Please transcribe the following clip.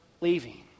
leaving